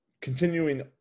continuing